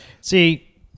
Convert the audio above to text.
See